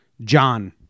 John